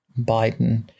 Biden